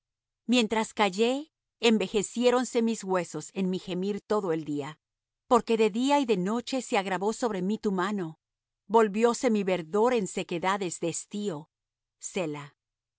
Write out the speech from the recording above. mientras callé envejeciéronse mis huesos en mi gemir todo el día porque de día y de noche se agravó sobre mí tu mano volvióse mi verdor en sequedades de estío